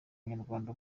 abanyarwanda